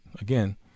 again